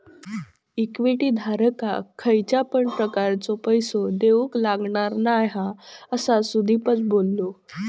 equity धारकाक खयच्या पण प्रकारचो पैसो देऊक लागणार नाय हा, असा सुदीपच बोललो